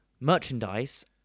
merchandise